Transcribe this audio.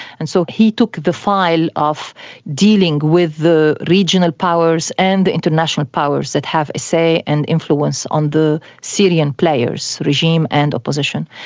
and so he took the file of dealing with the regional powers and the international powers that have a say and influence on the syrian players, regime and opposition.